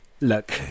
look